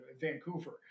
Vancouver